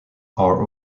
are